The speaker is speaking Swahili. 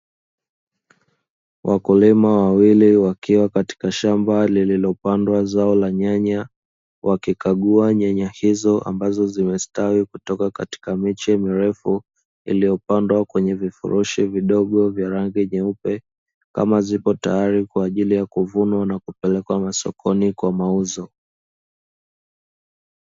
Wakulima wawili wakiwa katika shamba lililopandwa zao la nyanya wakikagua nyanya hizo ambazo zimestawi kutoka katika miche mrefu iliyopandwa kwenye vifurushi vidogo vya rangi nyeupe kama ziko tayari kwa ajili ya kuvunwa na kupelekwa masokoni kwa mauzo.